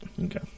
Okay